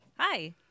Hi